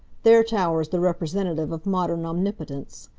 there towers the representative of modern omnipotence.